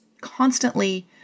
constantly